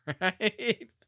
right